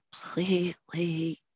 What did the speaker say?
completely